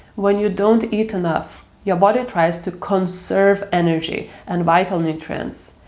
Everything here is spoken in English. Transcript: when you don't eat enough, your body tries to conserve energy and vital nutrients.